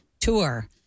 tour